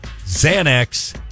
Xanax